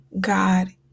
God